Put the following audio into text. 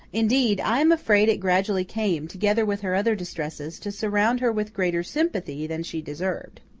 indeed, i am afraid it gradually came, together with her other distresses, to surround her with greater sympathy than she deserved.